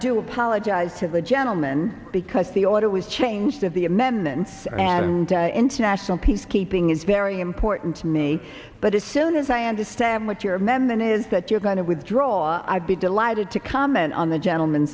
do apologize to the gentleman because the order was changed of the amendments and international peacekeeping is very important to me but as soon as i understand what you're memon is that you're going to withdraw i'd be delighted to comment on the gentleman